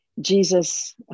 Jesus